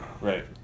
Right